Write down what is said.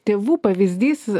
tėvų pavyzdys